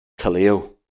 kaleo